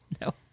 No